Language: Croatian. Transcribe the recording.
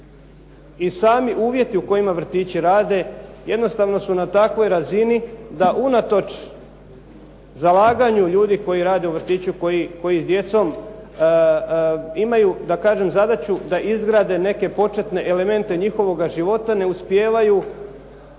i sami uvjeti u kojima vrtići rade jednostavno su na takvoj razini da unatoč zalaganju ljudi koji rade u vrtiću, koji s djecom imaju da kažem zadaću da izgrade neke početne elemente njihovoga života ne uspijevaju